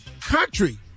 country